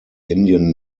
indian